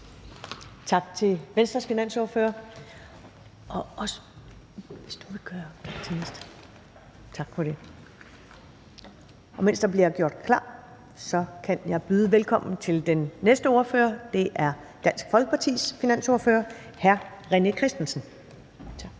Tak til Venstres finansordfører. Og mens der bliver gjort klar, kan jeg byde velkommen til den næste ordfører, som er Dansk Folkepartis finansordfører, hr. René Christensen. Kl.